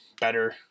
better